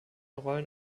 rollen